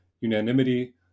unanimity